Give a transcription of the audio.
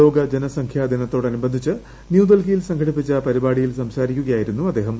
ലോക ജനസംഖ്യാദിനത്തോടനുബന്ധിച്ച് ന്യൂഡൽഹിയിൽ സംഘടിപ്പിച്ച പരിപാടിയിൽ സംസാരിക്കുകയായിരുന്നു അദ്ദേഹം